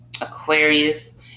Aquarius